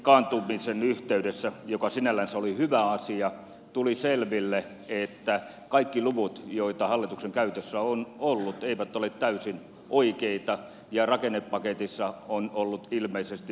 perhepaketin kaatumisen yhteydessä joka sinällänsä oli hyvä asia tuli selville että kaikki luvut joita hallituksen käytössä on ollut eivät ole täysin oikeita ja rakennepaketissa on ollut ilmeisesti vääriäkin lukuja